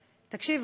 תקשיבו,